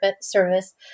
service